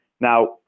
Now